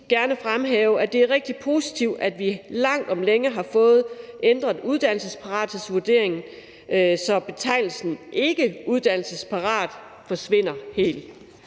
gerne fremhæve, at det er rigtig positivt, at vi langt om længe har fået ændret uddannelsesparathedsvurderingen, så betegnelsen ikkeuddannelsesparat forsvinder helt.